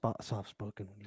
soft-spoken